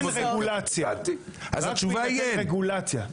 התשובה היא רגולציה.